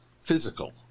physical